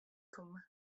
komme